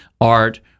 art